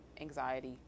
anxiety